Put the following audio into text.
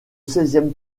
seizième